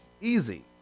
easy